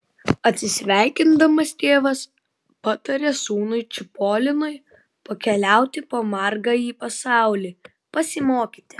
atsisveikindamas tėvas pataria sūnui čipolinui pakeliauti po margąjį pasaulį pasimokyti